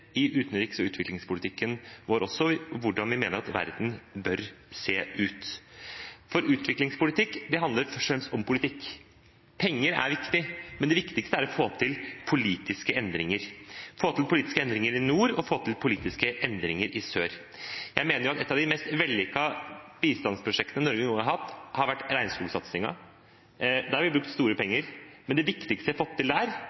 i utenriks- og utviklingspolitikken vår også – hvordan vi mener at verden bør se ut. Utviklingspolitikk handler først og fremst om politikk. Penger er viktig, men det viktigste er å få til politiske endringer: få til politiske endringer i nord og få til politiske endringer i sør. Jeg mener at ett av de mest vellykkede bistandsprosjektene Norge noen gang har hatt, har vært regnskogsatsingen. Der har vi brukt store penger, men det viktigste vi har fått til,